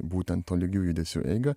būtent tolygių judesių eiga